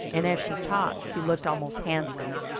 and as she talked she looked almost handsome.